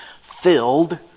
filled